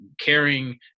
caring